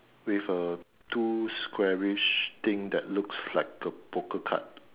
with uh two squarish things that looks like a poker card